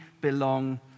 belong